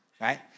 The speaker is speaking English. right